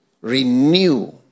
Renew